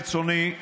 ברצוני,